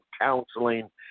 counseling